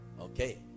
Okay